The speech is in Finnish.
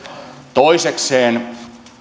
toisekseen